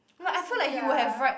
quite stupid ah